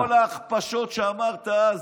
על כל ההכפשות שאמרת אז.